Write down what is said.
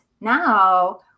now